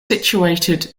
situated